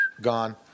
Gone